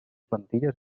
plantilles